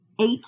eight